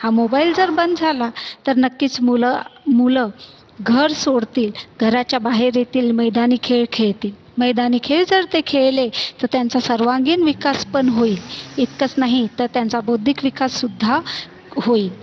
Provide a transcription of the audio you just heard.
हा मोबाईल जर बंद झाला तर नक्कीच मुलं मुलं घर सोडतील घराच्या बाहेर येतील मैदानी खेळ खेळतील मैदानी खेळ जर ते खेळले तर त्यांचा सर्वांगीण विकास पण होईल इतकंच नाही तर त्यांचा बौद्धिक विकाससुद्धा होईल